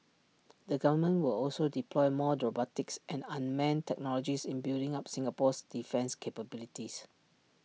the government will also deploy more robotics and unmanned technologies in building up Singapore's defence capabilities